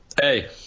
Hey